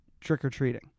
trick-or-treating